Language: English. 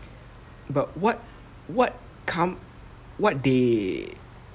but what what come what they